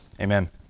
Amen